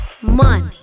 Money